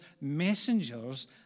messengers